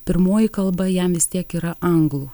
pirmoji kalba jam vis tiek yra anglų